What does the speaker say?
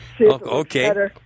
Okay